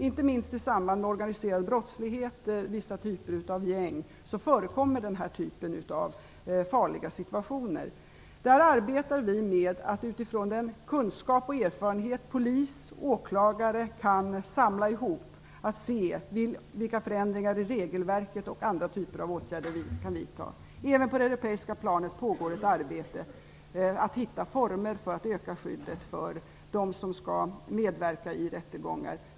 Inte minst i samband med organiserad brottslighet och vissa typer av gäng förekommer denna typ av farliga situationer. Vi arbetar med att utifrån den kunskap och erfarenhet som polis och åklagare kan samla ihop se vilka förändringar i regelverket och andra typer av åtgärder som vi kan vidta. Även på det europeiska planet pågår ett arbete med att hitta former för att öka skyddet för dem som skall medverka i rättegångar.